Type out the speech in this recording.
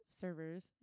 servers